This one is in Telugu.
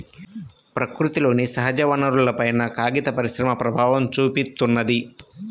ప్రకృతిలోని సహజవనరులపైన కాగిత పరిశ్రమ ప్రభావం చూపిత్తున్నది